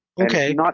Okay